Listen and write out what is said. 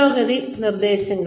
പുരോഗതി നിർദ്ദേശങ്ങൾ